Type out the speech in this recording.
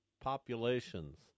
populations